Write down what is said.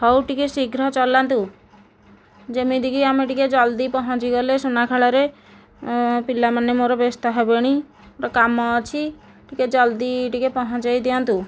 ହେଉ ଟିକେ ଶୀଘ୍ର ଚଲାନ୍ତୁ ଯେମିତି କି ଆମେ ଟିକେ ଜଲ୍ଦି ପହଞ୍ଚିଗଲେ ସୁନାଖଳାରେ ପିଲାମାନେ ମୋର ବ୍ୟସ୍ତ ହେବେଣି ଗୋଟିଏ କାମ ଅଛି ଟିକେ ଜଲ୍ଦି ଟିକେ ପହଞ୍ଚାଇ ଦିଅନ୍ତୁ